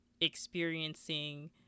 experiencing